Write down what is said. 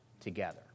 together